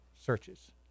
searches